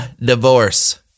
divorce